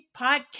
podcast